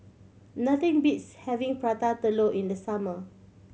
nothing beats having Prata Telur in the summer